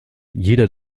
jeder